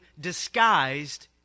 disguised